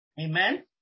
Amen